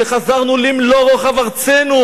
שחזרנו למלוא רוחב ארצנו.